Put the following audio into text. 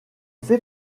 fait